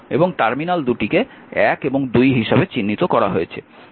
এবং টার্মিনাল দুটি কে 1 এবং 2 হিসাবে চিহ্নিত করা হয়েছে